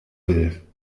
will